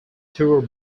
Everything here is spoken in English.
tour